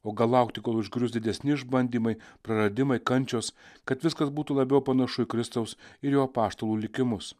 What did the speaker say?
o gal laukti kol užgrius didesni išbandymai praradimai kančios kad viskas būtų labiau panašu į kristaus ir jo apaštalų likimus